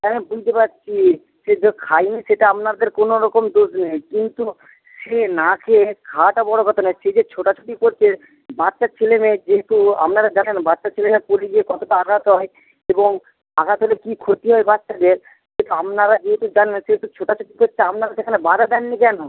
আমি বুঝতে পারছি সে যে খায়নি সেটা আপনাদের কোনোরকম দোষ নেই কিন্তু সে না খেয়ে খাওয়াটা বড় কথা নয় সে যে ছোটাছুটি করছে বাচ্চা ছেলেমেয়ে যেহেতু আপনারা জানেন বাচ্চা ছেলেরা পড়ে গিয়ে কতটা আঘাত হয় এবং আঘাত হলে কী ক্ষতি হয় বাচ্চাদের সেটা আপনারা যেহেতু জানবেন সেহেতু ছোটাছুটি করছে আপনারা সেখানে বাধা দেননি কেন